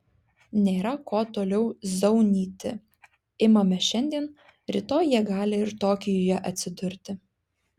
nėra ko toliau zaunyti imame šiandien rytoj jie gali ir tokijuje atsidurti